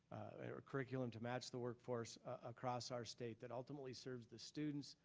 curriculum to match the workforce across our state that ultimately serve the students,